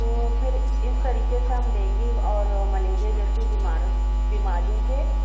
تو پھر اس طریقے سے ہم ڈینگی اور ملیریا جیسی بیمارنگ بیماریوں کے